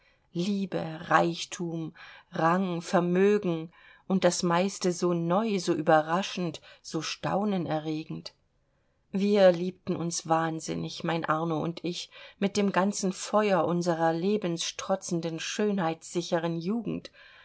liebe reichtum rang vermögen und das meiste so neu so überraschend so staunenerregend wir liebten uns wahnsinnig mein arno und ich mit dem ganzen feuer unserer lebensstrotzenden schönheitssicheren jugend